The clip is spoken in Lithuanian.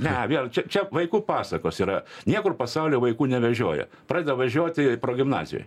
ne vėl čia čia vaikų pasakos yra niekur pasauly vaikų nevežioja pradeda važiuoti progimnazijoj